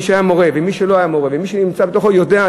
מי שהיה מורה ומי שלא היה מורה ומי שזה נמצא בתוכו יודע,